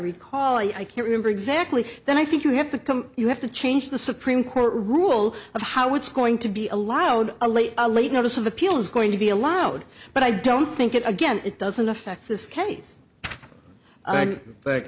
recall i can't remember exactly then i think you have to come you have to change the supreme court rule of how it's going to be allowed a late a late notice of appeal is going to be allowed but i don't think it again it doesn't affect this case b